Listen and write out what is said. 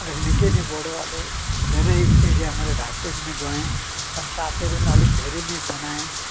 अलिक निकै नै बढ्यो अहिले धेरै एरिया मैले ढाक्दै पनि गएँ अरू साथीहरू पनि अलिक धेरै नै बनाए